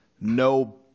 no